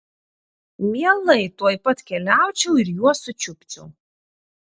mielai tuoj pat keliaučiau ir juos sučiupčiau